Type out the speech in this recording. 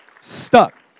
stuck